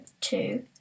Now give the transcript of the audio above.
two